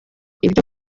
ibyo